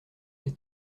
des